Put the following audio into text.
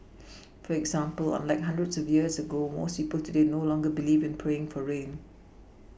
for example unlike hundreds of years ago most people today no longer believe in praying for rain